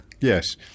Yes